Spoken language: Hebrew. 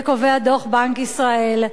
זה קובע דוח בנק ישראל,